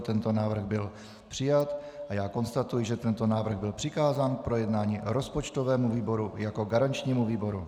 Tento návrh byl přijat a já konstatuji, že tento návrh byl přikázán k projednání rozpočtovému výboru jako garančnímu výboru.